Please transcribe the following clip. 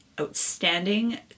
Outstanding